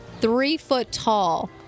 three-foot-tall